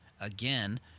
Again